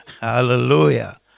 Hallelujah